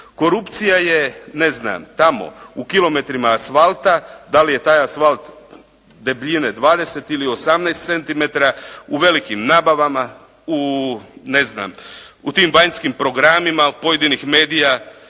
Korupcija je ne znam tamo u kilometrima asfalta, da li je taj asfalt debljine 20 ili 18 centimetrima. U velikim nabavama u ne znam u tim vanjskim programima pojedinih medija,